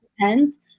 depends